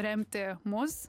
remti mus